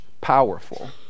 powerful